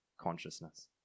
consciousness